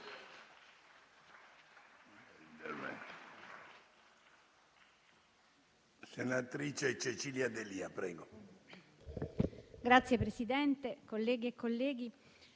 Signor Presidente, colleghi e colleghi,